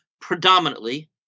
predominantly